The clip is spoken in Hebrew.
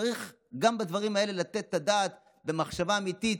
צריך גם בדברים האלה לתת את הדעת, במחשבה אמיתית,